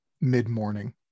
mid-morning